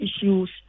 issues